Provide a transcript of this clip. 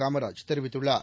காமராஜ் தெரிவித்துள்ளார்